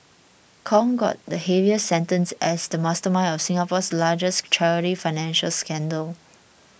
Kong got the heaviest sentence as the mastermind of Singapore's largest charity financial scandal